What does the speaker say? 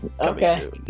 Okay